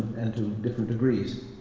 and to different degrees,